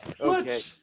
Okay